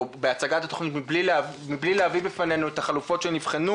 בהצגת התכנית מבלי להביא בפנינו את החלופות שנבחנו